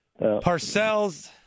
Parcells